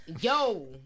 Yo